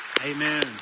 Amen